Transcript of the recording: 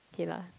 K lah